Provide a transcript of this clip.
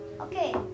Okay